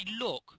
look